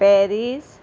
Paris